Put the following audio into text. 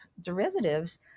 derivatives